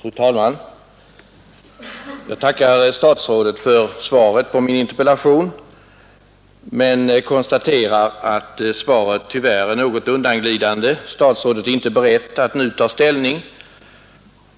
Fru talman! Jag tackar statsrådet för svaret på min interpellation men konstaterar att svaret tyvärr är något undanglidande. Statsrådet är inte beredd att nu ta ställning.